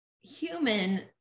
human